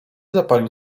zapalił